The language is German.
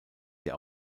der